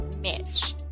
Mitch